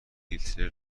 هیتلر